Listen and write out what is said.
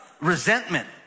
Resentment